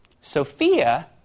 Sophia